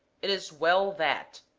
it is well that